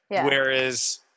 Whereas